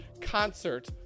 concert